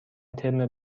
ترم